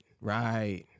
right